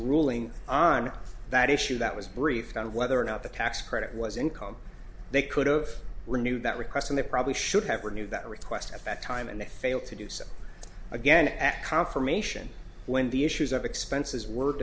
ruling on that issue that was briefed on whether or not the tax credit was income they could've renewed that request and they probably should have renewed that request at that time and they failed to do so again at confirmation when the issues of expenses w